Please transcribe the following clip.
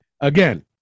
Again